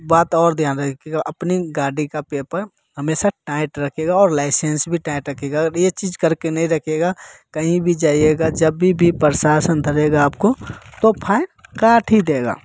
एक बात और ध्यान रखिएगा अपनी गाड़ी का पेपर हमेशा टाइट रखें और लाइसेंस भी टाइट रखिएगा और यह चीज करके नहीं रखिएगा कहीं भी जाइएगा जब भी प्रशासन धरेगा आपको तो फाइन काट ही देगा